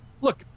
look